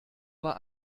war